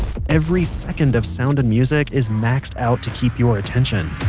every second of sound and music is maxed out to keep your attention